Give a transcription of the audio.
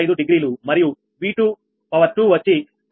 35డిగ్రీ మరియు 𝑉2 వచ్చి 𝑉2 ∆𝑉2